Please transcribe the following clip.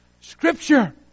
Scripture